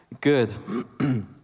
Good